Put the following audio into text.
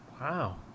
Wow